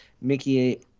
Mickey